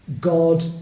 God